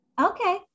Okay